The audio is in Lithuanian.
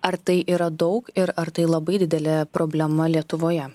ar tai yra daug ir ar tai labai didelė problema lietuvoje